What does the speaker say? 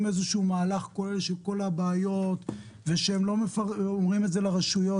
איזשהו מהלך כולל של כל הבעיות ושהם לא אומרים את זה לרשויות,